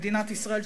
מדינת ישראל,